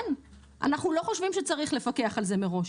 אנחנו לא חושבים שצריך לפקח על זה מראש.